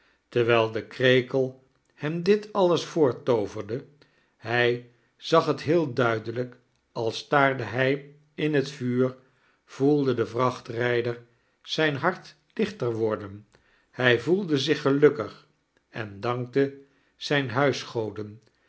terwijl de krekel hem dit alles voorbooverde hij zag het heel duidelijk al staarde hij in het vuur voelde de vrachtrijder zijn hart lichter worden hij voelde zich gelukkig en dankte zijn